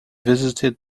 visited